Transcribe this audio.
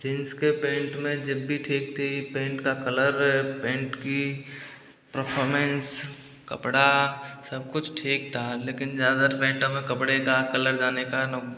jeans के pant में जेब भी ठीक थी पैंट का कलर पैंट की परफॉर्मेंस कपड़ा सब कुछ ठीक था लेकिन ज़्यादातर पैंट हमें कपड़े का कलर जाने का